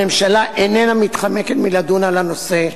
הממשלה איננה מתחמקת מלדון בנושא.